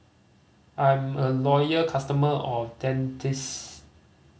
I'm a loyal customer of Dentiste